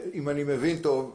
אם אני מבין טוב,